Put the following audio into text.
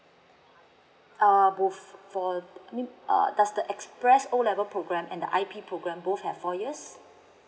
um both for um err does the express O level program and the I_P program both have four years